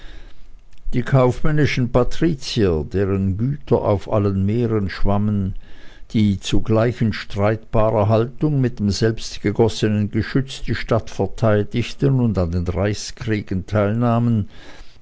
die kaufmännischen patrizier deren güter auf allen meeren schwammen die zugleich in streitbarer haltung mit dem selbstgegossenen geschütze die stadt verteidigten und an den reichskriegen teilnahmen